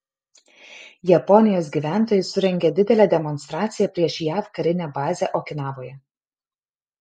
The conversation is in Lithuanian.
japonijos gyventojai surengė didelę demonstraciją prieš jav karinę bazę okinavoje